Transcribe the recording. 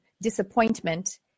disappointment